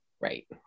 Right